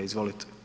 Izvolite.